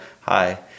Hi